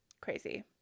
crazy